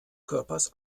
körpers